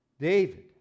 David